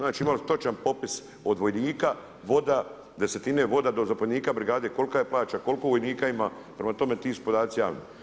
Znači, imali su točan popis od vojnika, voda, desetine voda do zapovjednika brigade kolika je plaća, koliko vojnika ima, prema tome, ti su podaci javni.